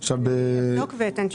אני אבדוק ואתן תשובה.